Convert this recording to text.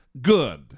good